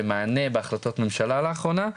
ומענה בהחלטות ממשלה לאחרונה.